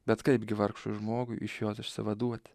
bet kaipgi vargšui žmogui iš jos išsivaduoti